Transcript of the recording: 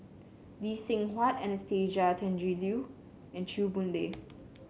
Lee Seng Huat Anastasia Tjendri Liew and Chew Boon Lay